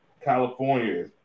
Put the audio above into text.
California